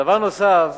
דבר נוסף,